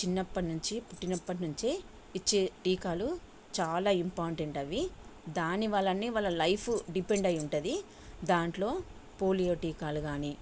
చిన్నప్పటి నుండి పుట్టినప్పటి నుండే ఇచ్చే టీకాలు చాలా ఇంపార్టెంట్ అవి దాని వల్లనే వాళ్ళ లైఫ్ డిపెండ్ అయి ఉంటుంది దాంట్లో పోలియో టీకాలు కాని